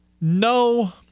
No